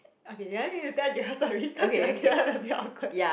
okay you want me to tell Joel story cause that one a bit awkward